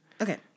Okay